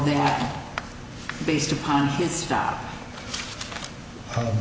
that based upon his stop